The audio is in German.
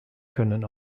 können